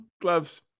gloves